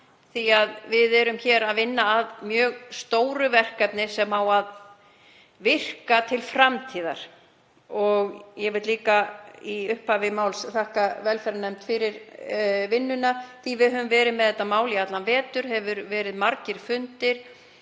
því að við erum hér að vinna að mjög stóru verkefni sem á að virka til framtíðar. Ég vil líka í upphafi máls þakka velferðarnefnd fyrir vinnuna því að við höfum verið með þetta mál í allan vetur. Það hafa verið margir fundir